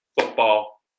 Football